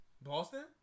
Boston